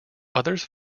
others